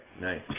nice